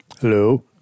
Hello